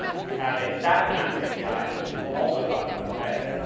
we have a static maps api, which we'll also talk about today.